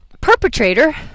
perpetrator